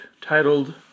titled